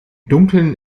dunkeln